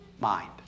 mind